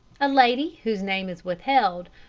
a lady, whose name is withheld,